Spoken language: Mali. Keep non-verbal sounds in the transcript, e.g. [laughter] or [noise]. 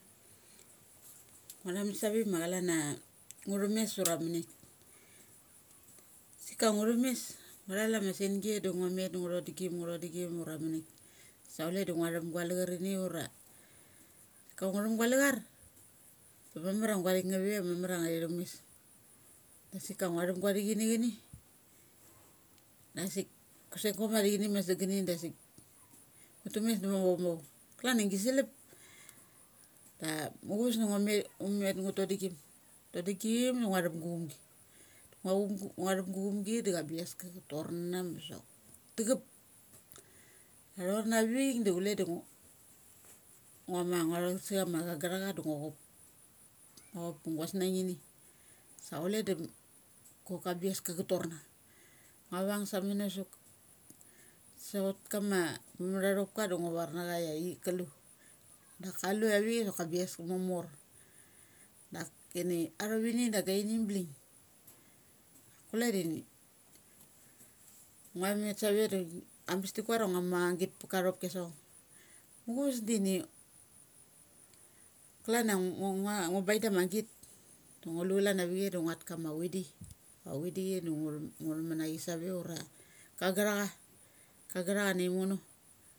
[noise] ngua tha mun sa ve ma chalan a ngu thames, [noise] ura munaik. Asik a ngu thum mes ngu thal ama sengi da ngua met ok ngua thodogim, ngu thodigim ura man aik sa chule da ngua thum gua lacharini ura. Si a ngu thup gua la char, sa mamana guathik nga ve ma mamar a nga thi thum mes. Dasik a ngua thup gua thi kini chani, chani dasik kusekguma thik inp ma sag gani dasik ngu tames da mavo, mavo. Klan a gi salap a muchus da nga maith um met utodum, um met un todigim. Todigim da ngua thup guchumgi. Ngua chum gum, ngua thup gu chum gi da cha bi aska cha torna masok tachup. Ka thorna vik du chule du ngu nguam ma ngua char sa chama chagtha cha da ngua chop. Nuga chop su gu snaingini sa chule da unite bebiaska cha torna. Nuga vung sameno ka savat kama mu matha thopika da ngua varna ia i. Kalu sok ka lu avik sok a bias mamor dakini athovini da againi bling. Kule deni ngua met save da bes tu kuar a ngua mu amagit pe maka thopki as so chong. Muchus dini klan a ngu, ngua baig da ma git dungu lu chalan avika da nguat kama vidi [unintelligible] a chi di chi da ngu tham ngu tham mun a chi save ura kagthacha, kagthacha nai mono.